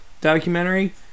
documentary